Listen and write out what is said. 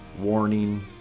Warning